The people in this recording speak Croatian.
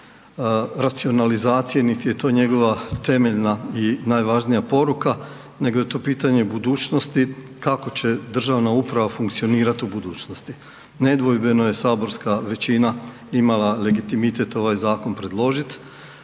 racionalizacije nit je to njegova temeljena i najvažnija poruka nego je to pitanje budućnosti kako će državna uprava funkcionirat u budućnosti. Nedvojbeno je saborska većina imala legitimitet ovaj zakon predložit,